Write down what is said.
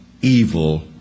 evil